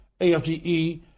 AFGE